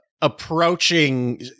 approaching